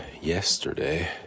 yesterday